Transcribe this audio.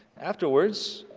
afterwards,